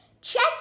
Check